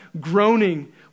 groaning